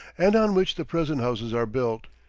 and on which the present houses are built.